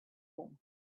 him